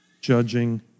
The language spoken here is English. judging